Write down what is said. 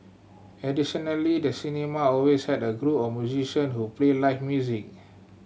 additionally the cinema always had a group of musician who played live music